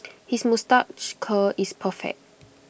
his moustache curl is perfect